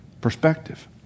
Perspective